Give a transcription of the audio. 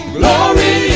glory